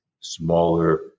smaller